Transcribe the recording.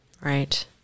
Right